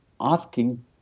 asking